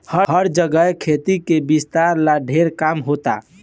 हर जगे खेती के विस्तार ला ढेर काम होता